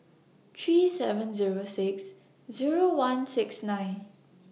three seven Zero six Zero one six nine